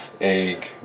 egg